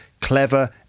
clever